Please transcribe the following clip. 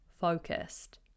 focused